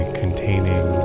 containing